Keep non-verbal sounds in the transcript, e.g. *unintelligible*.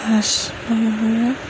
*unintelligible*